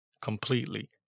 completely